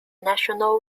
national